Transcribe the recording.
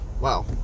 Wow